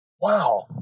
wow